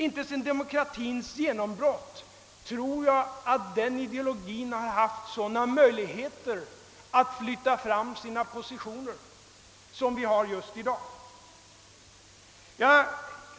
Jag tror inte att den demokratiska ideologin sedan demokratins genombrott haft sådana möjligheter att flytta fram sina positioner som den har just i dag.